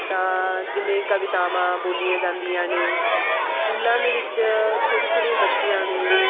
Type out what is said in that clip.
ਤਾਂ ਜਿਵੇਂ ਕਵਿਤਾਵਾਂ ਬੋਲੀਆਂ ਜਾਂਦੀਆਂ ਨੇ ਸਕੂਲਾਂ ਦੇ ਵਿੱਚ ਛੋਟੀ ਛੋਟੀਆਂ ਬੱਚੀਆਂ ਨੂੰ